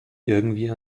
irgendwie